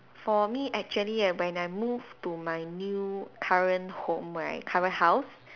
for me actually right when I move to my new current home right current house